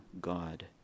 God